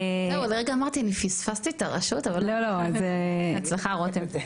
בהצלחה, רותם.